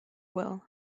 well